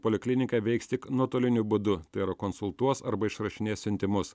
poliklinika veiks tik nuotoliniu būdu tai yra konsultuos arba išrašinės siuntimus